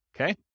Okay